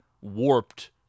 warped